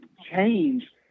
change